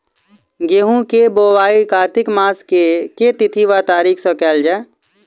गेंहूँ केँ बोवाई कातिक मास केँ के तिथि वा तारीक सँ कैल जाए?